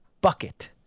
Bucket